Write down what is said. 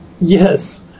Yes